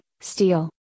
steel